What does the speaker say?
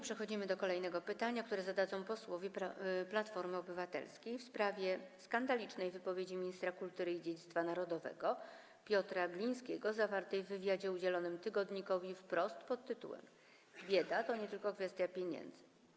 Przechodzimy do kolejnego pytania, które zadadzą posłowie Platformy Obywatelskiej, w sprawie skandalicznej wypowiedzi ministra kultury i dziedzictwa narodowego Piotra Glińskiego zawartej w wywiadzie udzielonym tygodnikowi „Wprost” pt. „Bieda to nie tylko kwestia pieniędzy”